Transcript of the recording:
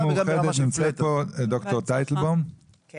הוועדה הנוכחית בחנה מכלול של צעדים בשלושה צירים מרכזיים: הראשון,